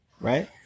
right